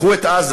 קחו את עזה,